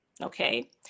Okay